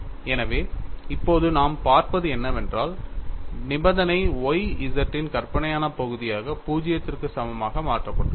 எனவே இப்போது நாம் பார்ப்பது என்னவென்றால் நிபந்தனை Y z இன் கற்பனையான பகுதியாக 0 க்கு சமமாக மாற்றப்பட்டுள்ளது